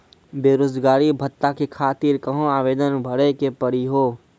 बेरोजगारी भत्ता के खातिर कहां आवेदन भरे के पड़ी हो?